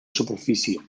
superfície